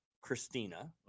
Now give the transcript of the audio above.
Christina